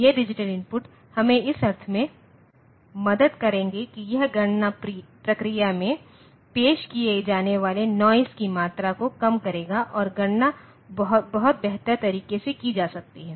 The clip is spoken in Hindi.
ये डिजिटल इनपुट हमें इस अर्थ में मदद करेंगे कि यह गणना प्रक्रिया में पेश किए जाने वाले नॉइज़ की मात्रा को कम करेगा और गणना बहुत बेहतर तरीके से की जा सकती है